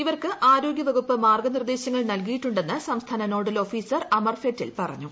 ഇവർക്ക് ആരോഗൃവകുപ്പ് മാർഗനിർദ്ദേശങ്ങൾ നൽകിയിട്ടുണ്ടെന്ന് സംസ്ഥാന നോഡൽ ഓഫീസർ അമർ ഫെറ്റിൽ പറഞ്ഞു